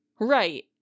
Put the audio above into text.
Right